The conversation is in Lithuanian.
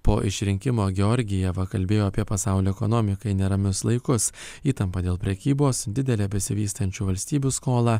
po išrinkimo georgieva kalbėjo apie pasaulio ekonomikai neramius laikus įtampą dėl prekybos didelę besivystančių valstybių skolą